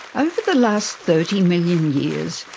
over the last thirty million years,